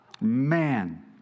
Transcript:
Man